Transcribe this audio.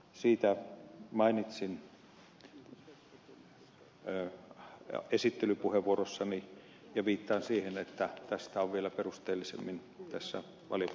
siitä mainitsin esittelypuheenvuorossani ja viittaan siihen että tätä on vielä perusteellisemmin valiokunnan mietinnössä käsitelty